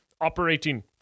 operating